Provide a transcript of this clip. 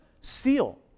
seal